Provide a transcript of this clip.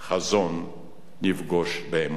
חזון נפגוש באמונה.